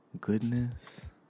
goodness